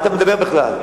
מה אתה מדבר בכלל?